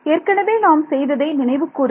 ஏற்கனவே நாம் செய்ததை நினைவு கூறுங்கள்